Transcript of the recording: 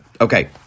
Okay